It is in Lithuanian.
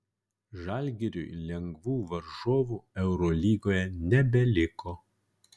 žalgiriui lengvų varžovų eurolygoje nebeliko